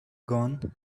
gone